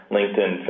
LinkedIn